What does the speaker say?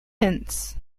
hints